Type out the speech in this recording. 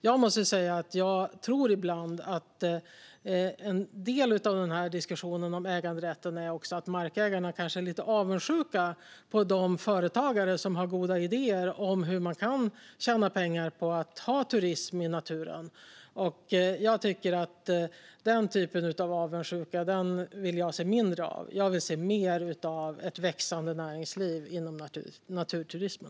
Jag måste säga att jag ibland tror att en del av diskussionen om äganderätten handlar om att markägarna kanske är lite avundsjuka på de företagare som har goda idéer om hur man kan tjäna pengar på turism i naturen. Den typen av avundsjuka vill jag se mindre av. Jag vill se mer av ett växande näringsliv inom naturturismen.